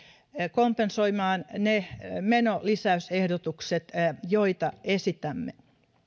kompensoimaan ne menolisäysehdotukset joita esitämme